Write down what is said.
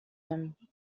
him